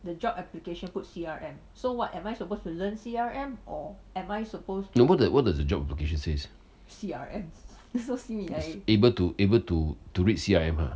no what the what does the job says able to able to read C_R_M ah